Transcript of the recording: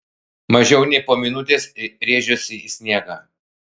mažiau nei po minutės rėžiuosi į sniegą